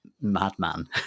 Madman